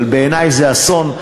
אבל בעיני זה אסון,